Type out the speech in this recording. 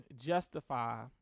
justify